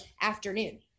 afternoon